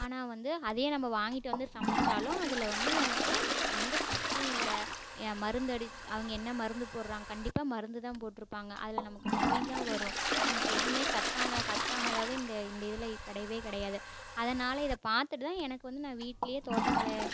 ஆனால் வந்து அதே நம்ம வாங்கிட்டு வந்து சமைத்தாலும் அதில் வந்து நமக்கு எந்த சத்தும் இல்லை மருந்தடித்து அவங்க என்ன மருந்து போடுறாங்க கண்டிப்பாக மருந்து தான் போட்டிருப்பாங்க அதில் நமக்கு நோய் தான் வரும் நமக்கு எதுவுமே சத்தான சத்தானதாகவே இந்த இந்த இதில் கிடையவே கிடையாது அதனால் இதை பார்த்துட்டு தான் எனக்கு வந்து நான் வீட்டிலேயே தோட்டங்கலை